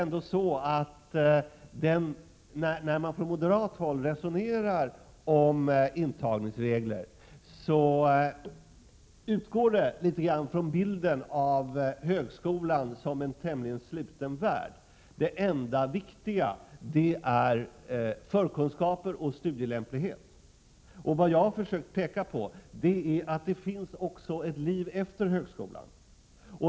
När man från moderat håll resonerar om antagningsregler, utgår det resonemanget på något sätt från bilden av högskolan som en tämligen sluten värld; det enda viktiga är förkunskaper och studielämplighet. Vad jag har försökt peka på är att det finns ett liv också efter högskolan.